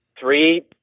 three